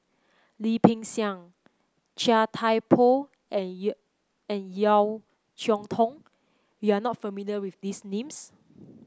Lim Peng Siang Chia Thye Poh and and Yeo Cheow Tong you are not familiar with these names